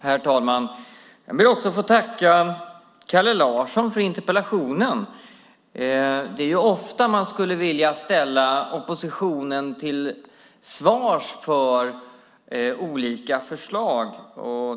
Herr talman! Jag ber också att få tacka Kalle Larsson för interpellationen. Det är ofta man skulle vilja ställa oppositionen till svars för olika förslag.